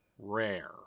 Rare